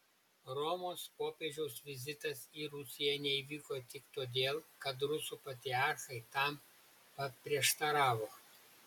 romos popiežiaus vizitas į rusiją neįvyko tik todėl kad rusų patriarchai tam paprieštaravo